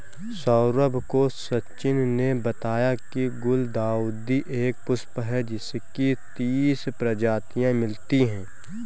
सौरभ को सचिन ने बताया की गुलदाउदी एक पुष्प है जिसकी तीस प्रजातियां मिलती है